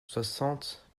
soixante